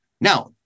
Now